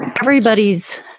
everybody's